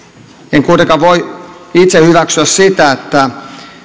en kuitenkaan voi itse hyväksyä sitä että